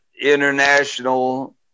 international